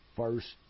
first